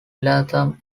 latham